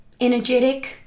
energetic